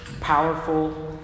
powerful